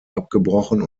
abgebrochen